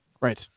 Right